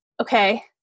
okay